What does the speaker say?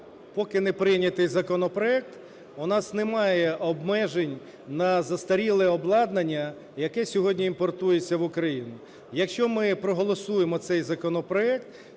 поки не прийнятий законопроект, у нас немає обмежень на застаріле обладнання, яке сьогодні імпортується в Україну. Якщо ми проголосуємо цей законопроект,